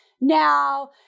Now